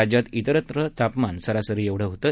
राज्यात ा वेरत्र तापमान सरासरी एवढं होतं